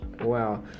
Wow